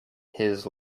his